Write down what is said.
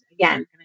again